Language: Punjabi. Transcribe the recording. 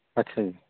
ਅੱਛਾ ਜੀ